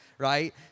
Right